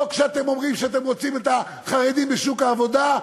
לא כשאתם אומרים שאתם רוצים את החרדים בשוק העבודה,